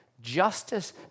justice